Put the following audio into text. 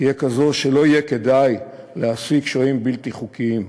תהיה כזו שלא יהיה כדאי להעסיק שוהים בלתי חוקיים.